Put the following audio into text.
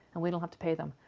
and we don't have to pay them.